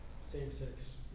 same-sex